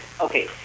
Okay